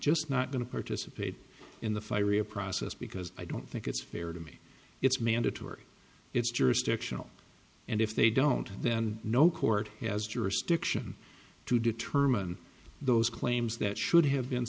just not going to participate in the firing a process because i don't think it's fair to me it's mandatory it's jurisdictional and if they don't then no court has jurisdiction to determine those claims that should have been